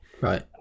Right